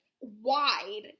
wide